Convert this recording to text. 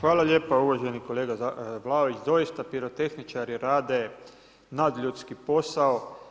Hvala lijepo uvaženi kolega Vlaović, doista pirotehničarki rade nadljudski posao.